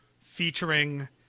featuring